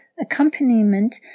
Accompaniment